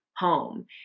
Home